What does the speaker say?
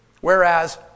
Whereas